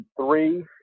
three